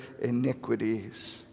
iniquities